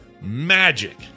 magic